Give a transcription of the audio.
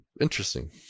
interesting